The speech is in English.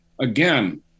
again